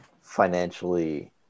financially